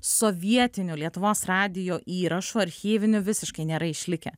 sovietinių lietuvos radijo įrašų archyvinių visiškai nėra išlikę